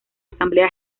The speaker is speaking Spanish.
asamblea